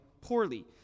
poorly